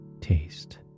taste